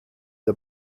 der